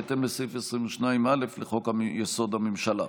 בהתאם לסעיף 22(א) לחוק-יסוד: הממשלה,